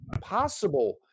possible